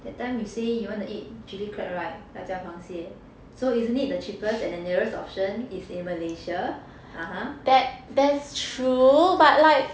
that time you say you want to eat chilli crab [right] 辣椒螃蟹 so isn't it the cheapest and the nearest option is in Malaysia (uh huh)